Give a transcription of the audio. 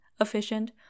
efficient